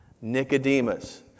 Nicodemus